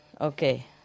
okay